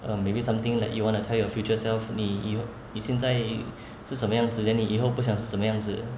uh maybe something like you want to tell your future self 你以后你现在是什么样子 then 你以后不想是什么样子